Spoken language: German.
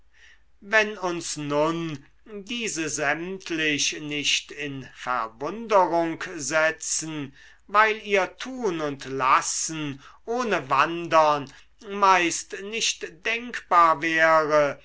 wenn uns nun diese sämtlich nicht in verwunderung setzen weil ihr tun und lassen ohne wandern meist nicht denkbar wäre